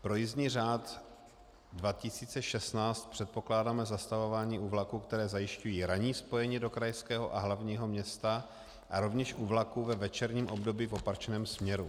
Pro jízdní řád 2016 předpokládáme zastavování u vlaků, které zajišťují ranní spojení do krajského a hlavního města, a rovněž u vlaků ve večerním období v opačném směru.